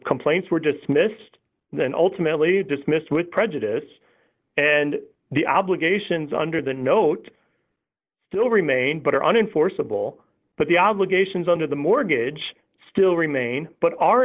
complaints were dismissed and ultimately dismissed with prejudice and the obligations under the note still remain but are unenforceable but the obligations under the mortgage still remain but